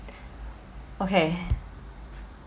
okay